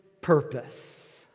purpose